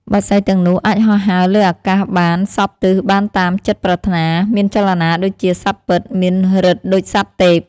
បក្សីទាំងនោះអាចហោះហើរលើអាកាសបានសព្វទិសបានតាមចិត្តប្រាថ្នា មានចលនាដូចជាសត្វពិត មានឫទ្ធិដូចសត្វទេព។